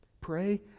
Pray